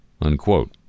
unquote